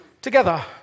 together